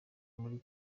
muri